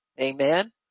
Amen